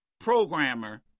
programmer